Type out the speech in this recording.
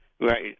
right